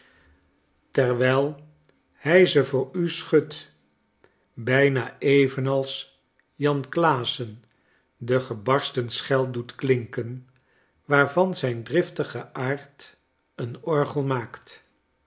terwijl hij ze voor u schudt bijna evenals janklaassen de gebarsten schel doet klinken waarvan zijn driftige aard een orgel maakt